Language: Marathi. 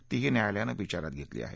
तीही न्यायालयानं विचारात घेतली आहे